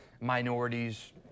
minorities